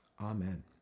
Amen